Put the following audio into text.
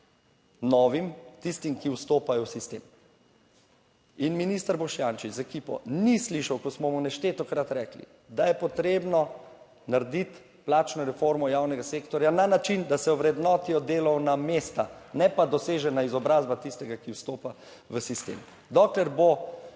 novim, tistim, ki vstopajo v sistem. In minister Boštjančič z ekipo ni slišal, ko smo mu neštetokrat rekli, da je potrebno narediti plačno reformo javnega sektorja na način, da se ovrednotijo delovna mesta, ne pa dosežena izobrazba tistega, ki vstopa v sistem. Dokler bo